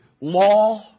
law